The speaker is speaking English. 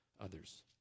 others